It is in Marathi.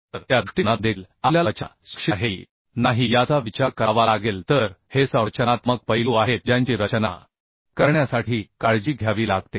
तर त्या दृष्टिकोनातून देखील आपल्याला रचना सुरक्षित आहे की नाही याचा विचार करावा लागेल तर हे संरचनात्मक पैलू आहेत ज्यांची रचना करण्यासाठी काळजी घ्यावी लागते